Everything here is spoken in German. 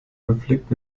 konflikt